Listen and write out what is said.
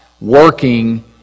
working